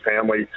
family